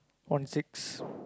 one six